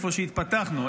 איפה שהתפתחנו,